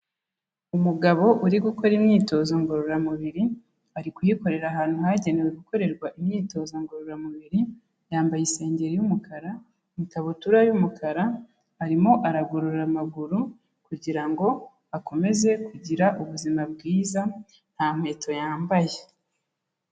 Umugabo uri gukora imyitozo ngororamubiri, ari kuyikorera ahantu hagenewe gukorerwa imyitozo ngororamubiri, yambaye isengeri y'umukara, ikabutura y'umukara, arimo aragorora amaguru kugira ngo akomeze kugira ubuzima bwiza nta nkweto yambaye.